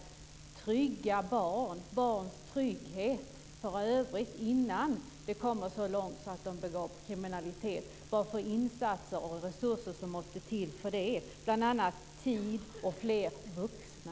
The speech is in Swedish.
Det gäller barns trygghet innan det går så långt så att de hamnar i kriminalitet. Det måste till insatser och resurser för det. Det är bl.a. fråga om tid och fler vuxna.